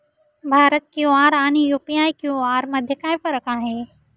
Bharat QR आणि UPI QR मध्ये काय फरक आहे?